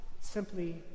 simply